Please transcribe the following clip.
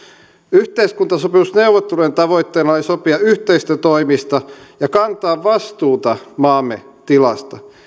yhteiskuntasopimusneuvottelujen tavoitteena oli sopia yhteisistä toimista ja kantaa vastuuta maamme tilasta